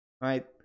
right